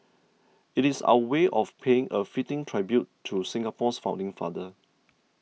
it is our way of paying a fitting tribute to Singapore's founding father